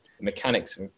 mechanics